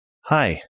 Hi